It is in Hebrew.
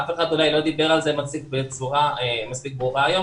אף אחד לא אולי לא דיבר על זה בצורה מספיק ברורה היום